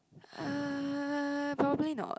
ah probably not